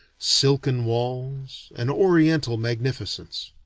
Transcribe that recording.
silken walls, an oriental magnificence.